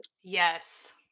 Yes